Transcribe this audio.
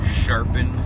sharpen